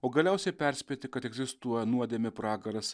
o galiausiai perspėti kad egzistuoja nuodėmių pragaras